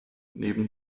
neben